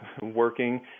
working